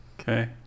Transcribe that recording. okay